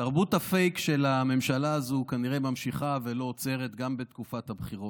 תרבות הפייק של הממשלה הזו כנראה נמשכת ולא עוצרת גם בתקופת הבחירות.